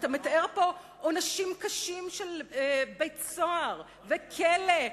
אתה מתאר פה עונשים קשים של בית-סוהר וכלא.